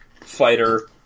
Fighter